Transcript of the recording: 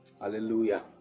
Hallelujah